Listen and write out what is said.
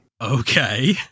Okay